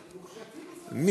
סנקציות.